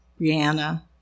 Brianna